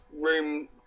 room